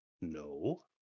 No